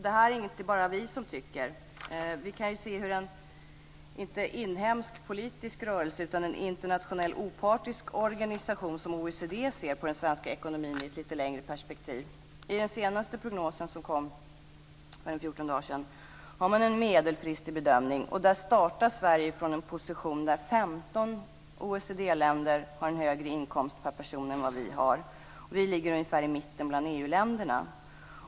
Det är inte bara vi som tycker så här. Vi kan se hur inte en inhemsk politisk rörelse, utan en internationell opartisk organisation som OECD ser på den svenska ekonomin i ett lite längre perspektiv. I den senaste prognosen, som kom för 14 dagar sedan, har man en medelfristig bedömning. Där startar Sverige från en position där 15 OECD-länder har en högre inkomst per person. Sverige ligger ungefär i mitten bland EU-länderna.